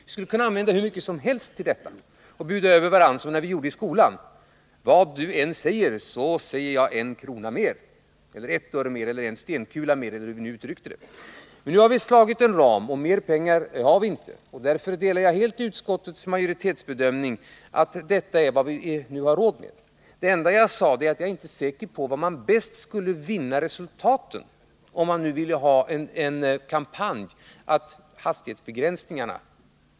Vi skulle kunna använda hur mycket som helst till detta och bjuda över varandra som vi gjorde i skolan: Vad du än säger så säger jag en krona mer, ett öre mer eller en stenkula mer — eller hur vi nu uttryckte det. Men nu har vi beslutat om en ram, och mer pengar har vi inte. Därför delar jag helt utskottsmajoritetens bedömning att detta är vad vi nu har råd med. Vad jag sade var att jag inte vet var man bäst skulle finna resultat om man ville göra en kampanj för att rädda människoliv genom hastighetsbegränsningar.